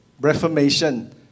Reformation